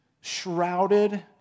shrouded